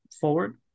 forward